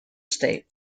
state